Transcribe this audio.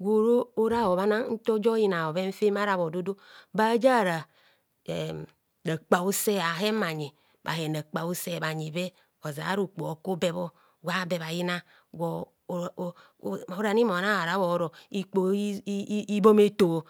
gworo bhana ntojo yina bhoven fem ara bhodudu baj ara ehm rakpa auseeh ahen bhanyi bhahen rakpa bhuseeh bhayibe ozara okpoho okubebho gwabe bhayina gwo gwo o oranimona ahara bhoro ikoho iboma eto.